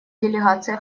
делегация